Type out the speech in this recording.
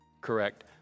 correct